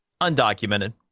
Undocumented